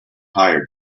hired